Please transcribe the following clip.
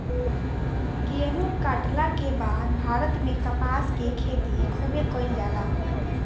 गेहुं काटला के बाद भारत में कपास के खेती खूबे कईल जाला